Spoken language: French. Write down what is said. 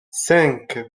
cinq